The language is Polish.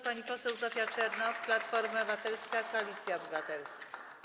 Pani poseł Zofia Czernow, Platforma Obywatelska - Koalicja Obywatelska.